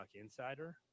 Insider